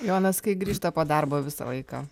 jonas kai grįžta po darbo visą laiką